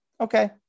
okay